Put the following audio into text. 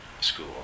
school